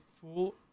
full